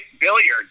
billiards